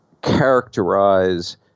characterize